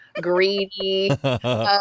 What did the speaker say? greedy